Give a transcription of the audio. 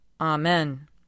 Amen